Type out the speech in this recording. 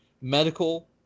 medical